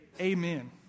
amen